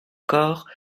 corps